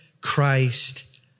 Christ